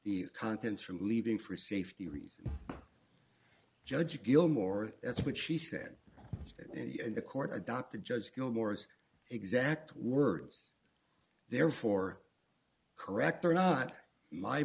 contents from leaving for safety reasons judge gilmore that's what she said that and the court adopted judge your morals exact words therefore correct or not my